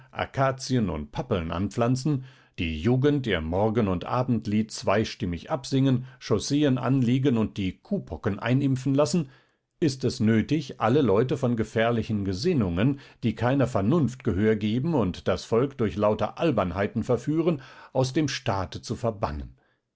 akazien und pappeln anpflanzen die jugend ihr morgen und abendlied zweistimmig absingen chausseen anlegen und die kuhpocken einimpfen lassen ist es nötig alle leute von gefährlichen gesinnungen die keiner vernunft gehör geben und das volk durch lauter albernheiten verführen aus dem staate zu verbannen